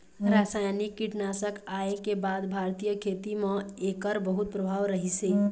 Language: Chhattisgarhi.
रासायनिक कीटनाशक आए के बाद भारतीय खेती म एकर बहुत प्रभाव रहीसे